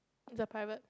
is a private